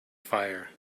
fire